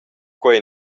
quei